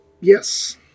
Yes